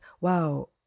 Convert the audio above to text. wow